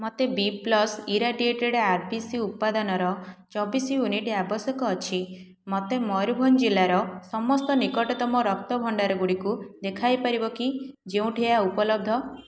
ମୋତେ B plus irradiated R B C ଉପାଦାନର ଚବିଶ ୟୁନିଟ୍ ଆବଶ୍ୟକ ଅଛି ମୋତେ ମୟୂରଭଞ୍ଜ ଜିଲ୍ଲାର ସମସ୍ତ ନିକଟତମ ରକ୍ତ ଭଣ୍ଡାରଗୁଡ଼ିକୁ ଦେଖାଇ ପାରିବ କି ଯେଉଁଠି ଏହା ଉପଲବ୍ଧ